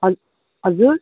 ह हजुर